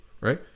right